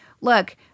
look